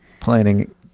planning